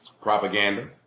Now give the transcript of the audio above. propaganda